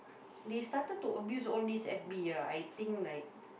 they started to abuse all these F_B ah I think like